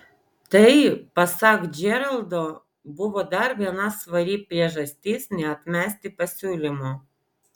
tai pasak džeraldo buvo dar viena svari priežastis neatmesti pasiūlymo